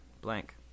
blank